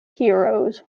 heroes